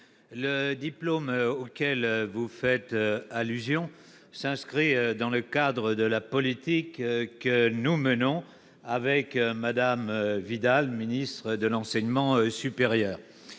le diplôme auquel vous faites allusion s'inscrit dans le cadre de la politique que nous menons avec Mme Vidal, ministre de l'enseignement supérieur.